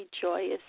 joyous